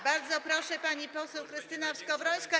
Bardzo proszę, pani poseł Krystyna Skowrońska.